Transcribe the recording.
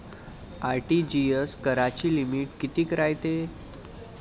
RTGS कराची limit कितीक रायते?